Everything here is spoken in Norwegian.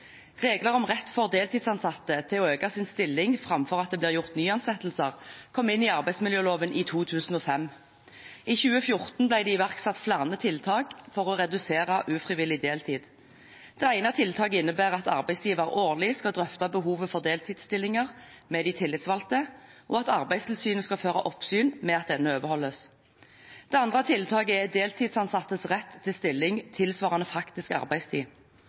Regler om rett for deltidsansatte til å øke sin stilling framfor at det blir gjort nyansettelser, kom inn i arbeidsmiljøloven i 2005. I 2014 ble det iverksatt flere tiltak for å redusere ufrivillig deltid. Det ene tiltaket innebærer at arbeidsgiveren årlig skal drøfte behovet for deltidsstillinger med de tillitsvalgte, og at Arbeidstilsynet skal føre oppsyn med at dette overholdes. Det andre tiltaket er deltidsansattes rett til stilling tilsvarende faktisk arbeidstid.